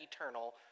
eternal